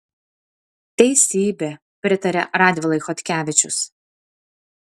teisybė pritaria radvilai chodkevičius